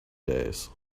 days